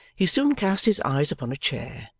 he soon cast his eyes upon a chair,